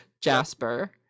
Jasper